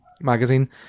magazine